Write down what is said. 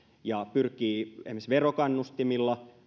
ja pyrkiä esimerkiksi verokannustimilla